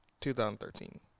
2013